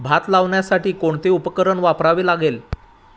भात लावण्यासाठी कोणते उपकरण वापरावे लागेल?